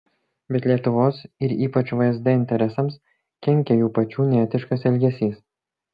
bet lietuvos ir ypač vsd interesams kenkia jų pačių neetiškas elgesys